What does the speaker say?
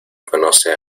conoce